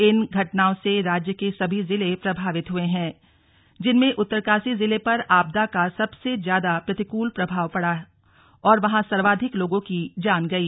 इन घटनाओं से राज्य के सभी जिले प्रभावित हुए हैं जिनमें उत्तरकाशी जिले पर आपदा का सबसे ज्यादा प्रतिकूल प्रभाव पड़ा और वहां सर्वाधिक लोगों की जान गयी